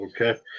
okay